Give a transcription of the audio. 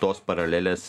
tos paralelės